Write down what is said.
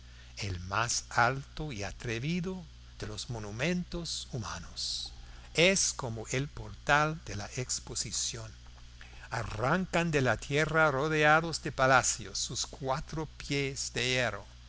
el más alto y atrevido de los monumentos humanos es como el portal de la exposición arrancan de la tierra rodeados de palacios sus cuatro pies de